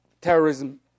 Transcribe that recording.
terrorism